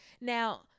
Now